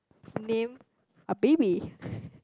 name a baby